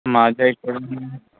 माझ्या इकडून